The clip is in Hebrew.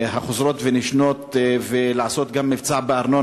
החוזרות ונשנות ולעשות גם מבצע בארנונה.